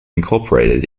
incorporated